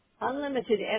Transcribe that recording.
unlimited